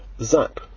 zap